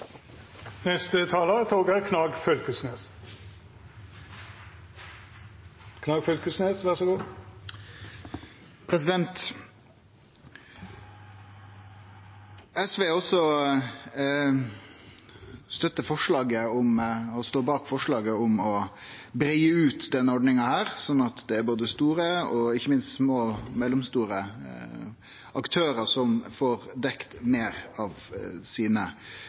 SV støttar og står også bak forslaget om å breie ut denne ordninga her, sånn at det er både store og ikkje minst små og mellomstore aktørar som får dekt meir av tapa sine.